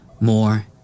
more